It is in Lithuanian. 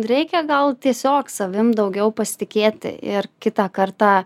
reikia gal tiesiog savim daugiau pasitikėti ir kitą kartą